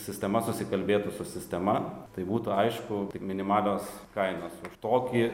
sistema susikalbėtų su sistema tai būtų aišku tik minimalios kainos už tokį